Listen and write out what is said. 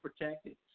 protected